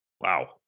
Wow